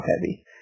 heavy